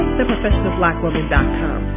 TheProfessionalBlackWoman.com